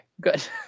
good